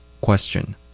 Question